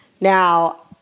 Now